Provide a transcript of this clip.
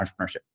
entrepreneurship